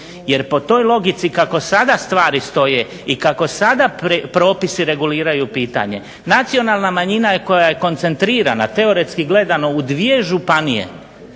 Jer po toj logici kako sada stvari stoje kako sada propisi reguliraju pitanje, nacionalna manjina je koja je koncentrirana, teoretski gledano u dvije županije,